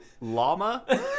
llama